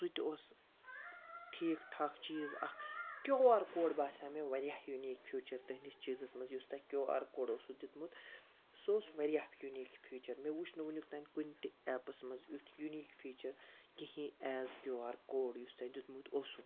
سُہ تہِ اوس ٹھیٖک ٹھاک چیٖز اکھ کیٚو آر کوڑ باسیٚو مےٚ واریاہ یوٗنیٖک فیٖچَر تُہٕنٛدِس چیٖزَس مَنٛز یُس تۄہہِ کیٚو آر اوسوٕ دیُتمُت سُہ اوس واریاہ یوٗنیٖک فیٖچَر مےٚ وُچھ نہٕ ونیُکھ تام کُنہِ تہِ ایٚپَس مَنٛز یُتھ یوٗنیٖک فیٖچَر کِہیٖنٛۍ ایز کیو آر کوڑ یُس تۄہہِ دیُتمُت اوسوٕ